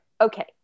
Okay